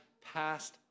passed